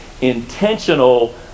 intentional